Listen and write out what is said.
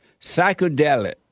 psychedelic